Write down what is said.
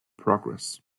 progress